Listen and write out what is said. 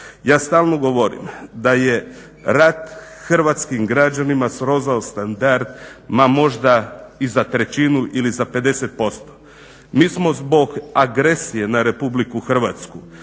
Ja stalno govorim da je rat hrvatskim građanima srezao standard ma možda za trećinu ili za 50%. Mi smo zbog agresije na RH sigurno